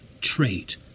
trait